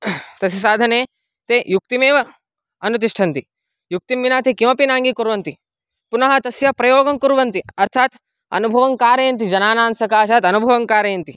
तस्य साधने ते युक्तिमेव अनुतिष्ठन्ति युक्तिं विना ते किमपि नाङ्गीकुर्वन्ति पुनः तस्य प्रयोगं कुर्वन्ति अर्थात् अनुभवं कारयन्ति जनानां सकाशात् अनुभवं कारयन्ति